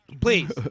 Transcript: please